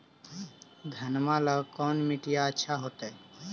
घनमा ला कौन मिट्टियां अच्छा होतई?